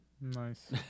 Nice